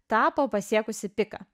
tapo pasiekusi piką